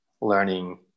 learning